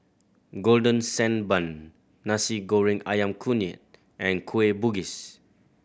Golden Sand Bun Nasi Goreng Ayam Kunyit and Kueh Bugis